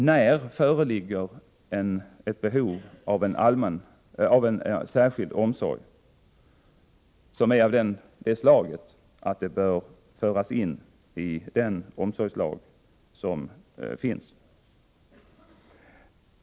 När föreligger ett behov av särskild omsorg som är av det slaget att det bör föras in i den omsorgslag som finns?